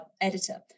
editor